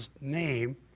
name